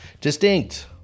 distinct